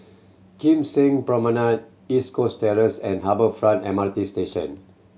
Kim Seng Promenade East Coast Terrace and Harbour Front M R T Station